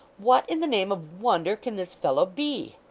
what in the name of wonder can this fellow be!